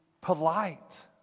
polite